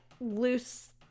loose